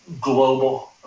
global